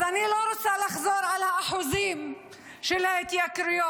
אז אני לא רוצה לחזור על האחוזים של ההתייקרויות,